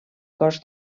cos